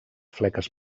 fleques